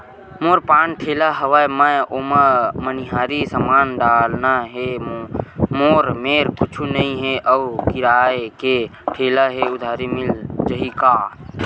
मोर पान ठेला हवय मैं ओमा मनिहारी समान डालना हे मोर मेर कुछ नई हे आऊ किराए के ठेला हे उधारी मिल जहीं का?